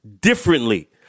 differently